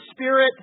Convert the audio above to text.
spirit